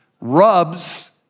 rubs